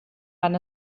van